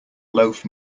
loaf